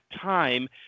time